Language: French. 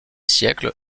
siècles